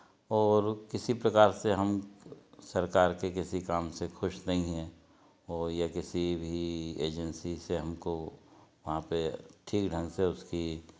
और किसी प्रकार से हम सरकार के किसी काम से खुश नहीं हैं और या किसी भी एजेंसी से हमको वहाँ पे ठीक ढंग से उसकी